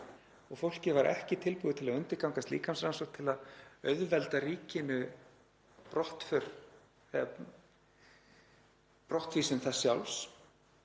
og það var ekki tilbúið til að undirgangast líkamsrannsókn til að auðvelda ríkinu brottvísun þess sjálfs,